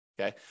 Okay